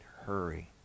hurry